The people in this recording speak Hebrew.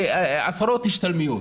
עשרות השתלמויות.